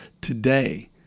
today